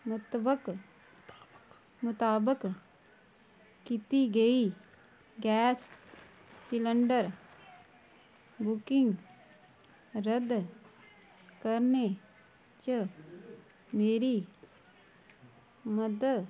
मतबक मताबक कीती गेई गैस सिलैंडर बुकिंग रद्द करने च मेरी मदद